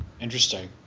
Interesting